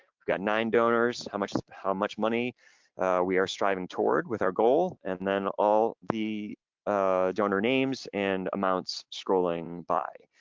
we've got nine donors, how much how much money we are striving toward with our goal and then all the ah donor names and amounts scrolling by.